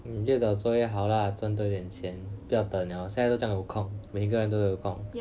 mm 越早做越好 lah 赚多点一钱不要等 liao 现在都这样有空每一个人都有空